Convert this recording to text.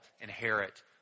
inherit